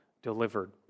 Delivered